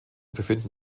befinden